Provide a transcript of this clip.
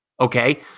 Okay